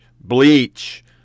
bleach